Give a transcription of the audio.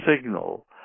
signal